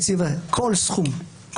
הקציבה כל סכום.